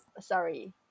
sorry